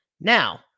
Now